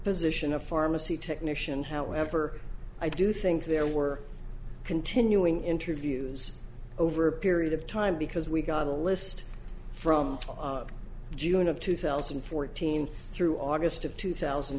physician a pharmacy technician however i do think there were continuing interviews over a period of time because we got a list from june of two thousand and fourteen through august of two thousand